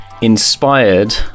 inspired